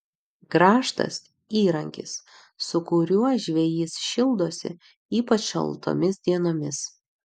grąžtas įrankis su kuriuo žvejys šildosi ypač šaltomis dienomis